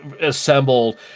assembled